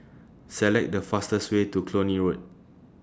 Select The fastest Way to Cluny Road